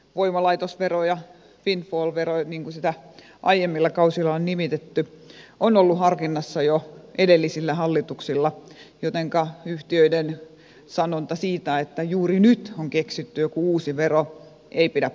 voimalaitosvero windfall vero niin kuin sitä aiemmilla kausilla on nimitetty on ollut harkinnassa jo edellisillä hallituksilla jotenka yhtiöiden sanonta siitä että juuri nyt on keksitty joku uusi vero ei pidä paikkaansa